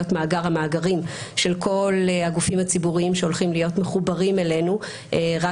מאגר המאגרים של כל הגופים הציבוריים שהולכים להיות מחוברים אלינו רק